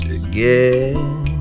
again